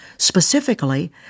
specifically